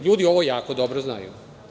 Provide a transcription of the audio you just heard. LJudi ovo jako dobro znaju.